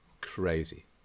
crazy